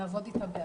לעבוד איתה בעתיד.